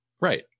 Right